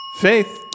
Faith